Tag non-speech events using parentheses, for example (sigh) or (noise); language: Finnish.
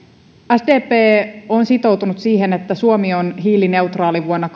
sdp on sitoutunut siihen että suomi on hiilineutraali vuonna (unintelligible)